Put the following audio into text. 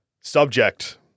Subject